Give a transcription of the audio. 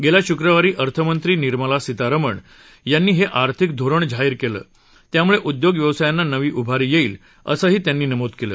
गेल्या शुक्रवारी अर्थमंत्री निर्मला सीतारमण यांनी हे आर्थिक धोरण जाहीर केलं त्यामुळे उद्योग व्यवसायांना नवी उभारी येईल असही त्यांनी नमूद केलं